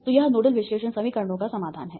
तो यह नोडल विश्लेषण समीकरणों का समाधान है